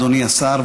אדוני השר,